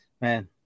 man